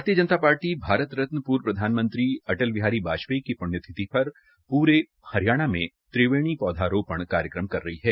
भारतीय जनता पार्टी भारत रत्न पूर्व प्रधानमंत्री अटल बिहारी वाजपेयी की प्ण्यतिथि पर पूरे हरियाणा में त्रिवेणी पौधारोपण कार्यक्रम कर ही है